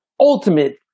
Ultimate